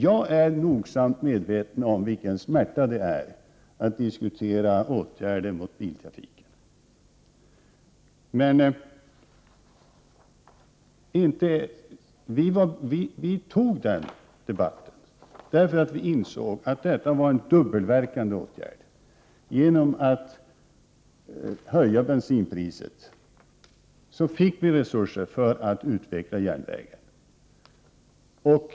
Jag är plågsamt medveten om vilken smärta det innebär att diskutera åtgärder mot biltrafiken, men vi socialdemokrater tog den debatten, eftersom vi insåg att denna åtgärd var dubbelverkande. Genom att höja bensinpriset gavs resurser för att utveckla järnvägen.